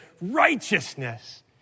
righteousness